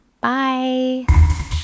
Bye